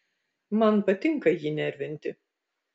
man patinka jį nervinti